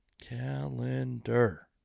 Calendar